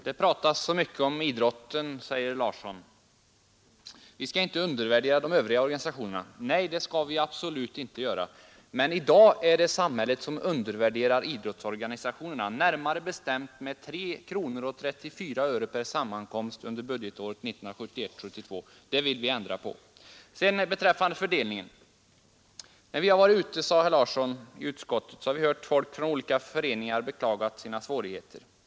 Herr talman! Det pratas så mycket om idrotten, säger herr Larsson i Vänersborg, och vi skall inte undervärdera de andra organisationerna. Nej, det skall vi absolut inte göra, men i dag undervärderar samhället idrottsorganisationerna, närmare bestämt med 3 kronor 34 öre per sammankomst under budgetåret 1971/72. Det vill vi ändra på. Så vill jag säga något om fördelningen. Herr Larsson berättade att kulturutskottet varit ute och träffat folk från olika föreningar som beklagat sina svårigheter.